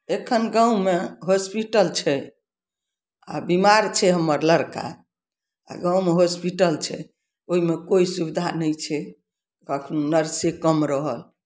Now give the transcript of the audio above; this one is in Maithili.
एखन गाँवमे हॉस्पिटल छै आ बीमार छै हमर लड़का आ गाँवमे हॉस्पिटल छै ओहिमे कोइ सुविधा नहि छै कखनहु नर्से कम रहल